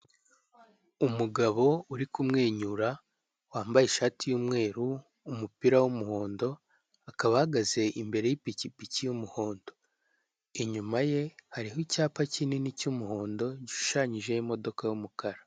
Umugabo uri kumwenyura wambaye ishati y'umweru, umupira w'umuhondo, akaba ahagaze imbere y'ipikipiki y'umuhondo. Inyuma ye hariho icyapa kinini cy'umuhondo, gishushanyijeho imodoka y'umukara.